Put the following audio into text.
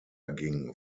ging